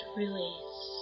release